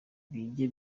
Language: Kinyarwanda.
bige